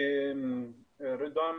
ג'אבר.